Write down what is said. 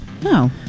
No